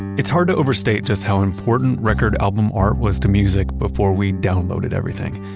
it's hard to overstate just how important record album art was to music before we downloaded everything.